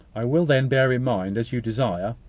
i will then bear in mind, as you desire,